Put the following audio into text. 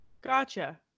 Gotcha